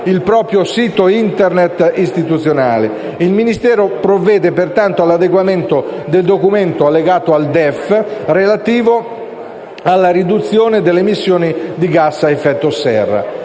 Il Ministero provvede, pertanto, all'adeguamento del documento allegato al DEF, relativo alla riduzione delle emissioni di gas ad effetto serra.